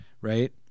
right